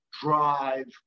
drive